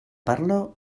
parlò